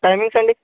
timings అండి